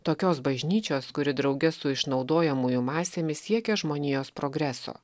tokios bažnyčios kuri drauge su išnaudojamųjų masėmis siekia žmonijos progreso